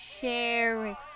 Sharing